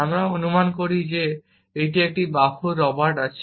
আমরা অনুমান করি যে একটি এক বাহু রবার্ট আছে